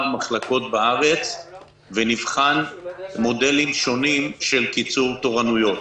מחלקות בארץ ונבחן מודלים שונים של קיצור תורנויות.